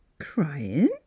crying